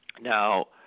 Now